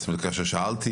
זאת אומרת כאשר שאלתי,